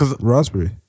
Raspberry